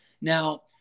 Now